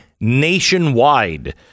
nationwide